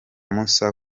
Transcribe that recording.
musa